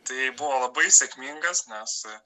tai buvo labai sėkmingas nes